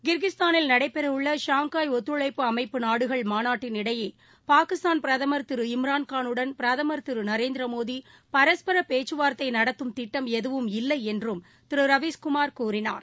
கிர்கிஷ்தானில் நடைபெறவுள்ள ஷாங்காய் ஒத்துழைப்பு அமைப்பு நாடுகள் மாநாட்டின் இடையே பாகிஸ்தான் பிரதமா் திரு இம்ரான் காலுடன் பிரதமா் திருநரேந்திரமோடிபரஸ்பரபேச்சுவார்த்தைநடத்தும் திட்டம் எதுவும் இல்லைஎன்றும் திருரவிஸ்குமார் கூறினார்